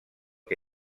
que